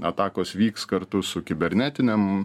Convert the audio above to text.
atakos vyks kartu su kibernetinėm